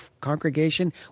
congregation